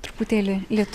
truputėlį lietu